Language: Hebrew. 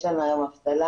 יש לנו היום אבטלה,